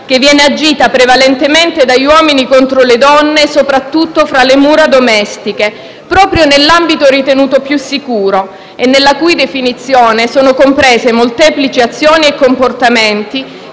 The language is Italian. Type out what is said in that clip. che viene agita prevalentemente dagli uomini contro le donne, soprattutto fra le mura domestiche, proprio nell'ambito ritenuto più sicuro, e nella cui definizione sono compresi molteplici azioni e comportamenti